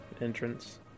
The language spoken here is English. entrance